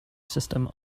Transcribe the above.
system